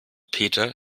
peter